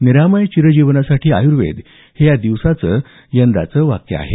निरामय चिरजीवनासाठी आयुर्वेद हे या दिवसाचं यंदाचं घोषवाक्य आहे